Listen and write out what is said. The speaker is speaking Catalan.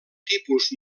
tipus